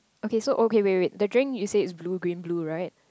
okay so okay wait wait the drink you say is blue green blue right